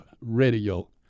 radio